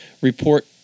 report